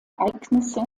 ereignisse